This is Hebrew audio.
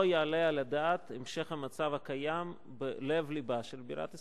לא יעלה על הדעת המשך המצב הקיים בלב-לבה של בירת ישראל.